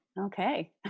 okay